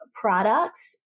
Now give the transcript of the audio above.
products